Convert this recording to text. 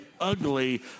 ugly